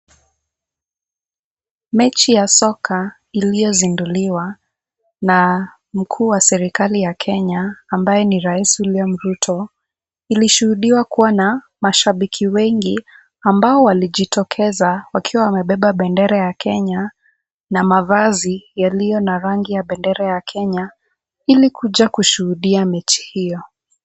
Mechi ya soka iliyozindulia na mkuu wa serikali ya Kenya, ambaye ni Rais William Ruto, ilishuhudiwa kua na mashabiki wengi ambao walijitokeza wakiwa wamebeba bendera ya Kenya na mavazi yaliyo na rangi ya bendera ya Kenya ili kuja kushuhudia mechi hiyo.